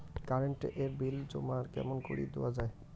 Current এর bill জমা কেমন করি দেওয়া যায়?